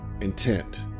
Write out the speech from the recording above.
intent